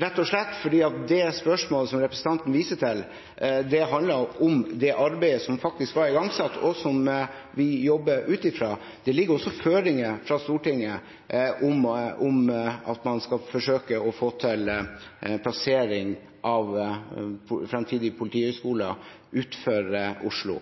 rett og slett fordi det spørsmålet som representanten viser til, handlet om det arbeidet som faktisk var igangsatt, og som vi jobber ut fra. Det ligger også føringer fra Stortinget om at man skal forsøke å få til plassering av fremtidig politihøgskole utenfor Oslo.